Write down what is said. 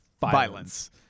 violence